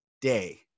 day